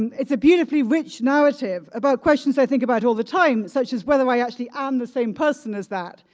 it's a beautifully rich narrative about questions i think about all the time such as whether i actually am um the same person as that.